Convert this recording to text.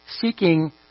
seeking